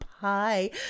pie